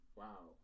wow